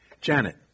Janet